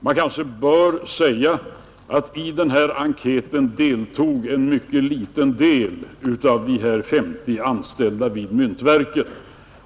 Det kanske bör sägas att i denna enkät deltog en mycket liten del av de 50 anställda vid myntoch justeringsverket.